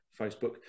facebook